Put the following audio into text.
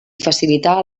facilitar